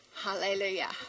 hallelujah